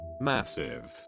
massive